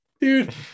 dude